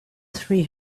three